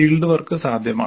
field work സാധ്യമാണ്